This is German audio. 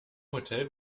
hotel